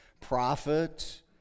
Prophet